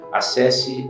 acesse